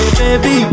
baby